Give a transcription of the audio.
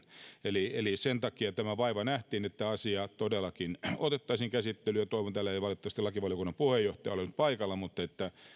eli eli sen takia tämä vaiva nähtiin että asia todellakin otettaisiin käsittelyyn ja toivon täällä ei valitettavasti lakivaliokunnan puheenjohtaja ole nyt paikalla että